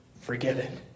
forgiven